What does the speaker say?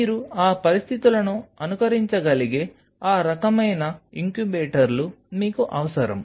మీరు ఆ పరిస్థితులను అనుకరించగలిగే ఆ రకమైన ఇంక్యుబేటర్లు మీకు అవసరం